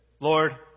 Lord